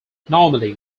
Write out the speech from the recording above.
normally